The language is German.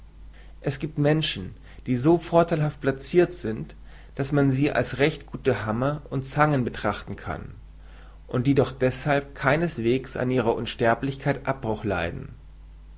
es giebt menschen die so vortheilhaft placirt sind daß man sie als recht gute hammer und zangen betrachten kann und die doch deshalb keineswegs an ihrer unsterblichkeit abbruch leiden